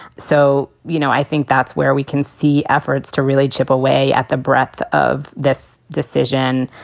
so, you know, i think that's where we can see efforts to really chip away at the breadth of this decision.